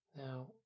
Now